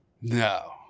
No